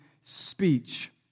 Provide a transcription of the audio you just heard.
speech